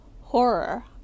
horror